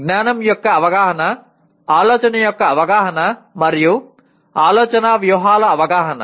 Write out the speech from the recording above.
జ్ఞానం యొక్క అవగాహన ఆలోచన యొక్క అవగాహన మరియు ఆలోచనా వ్యూహాల అవగాహన